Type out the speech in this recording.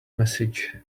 massage